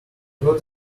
got